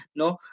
no